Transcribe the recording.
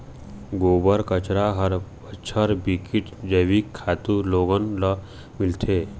गोबर, कचरा हर बछर बिकट जइविक खातू लोगन ल मिलथे